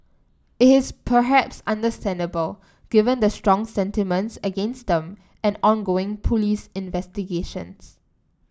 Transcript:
it is perhaps understandable given the strong sentiments against them and ongoing police investigations